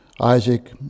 Isaac